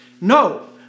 No